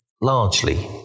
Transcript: largely